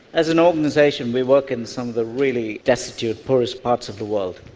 as an organisation we work in some of the really destitute poorest parts of the world.